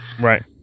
right